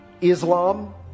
Islam